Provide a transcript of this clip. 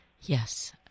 Yes